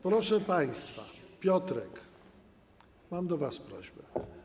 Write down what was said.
Proszę państwa, Piotrek, mam do was prośbę.